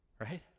right